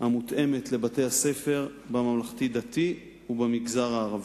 המותאמת לבתי-הספר בממלכתי-דתי ובמגזר הערבי.